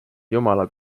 jumala